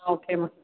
okay okay